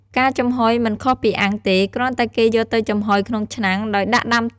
ការចំហុយមិនខុសពីអាំងទេ គ្រាន់តែគេយកទៅចំហុយក្នុងឆ្នាំងដោយដាក់ដាំទឹកឱ្យពុះរួចដាក់ឃ្មុំពីលើ។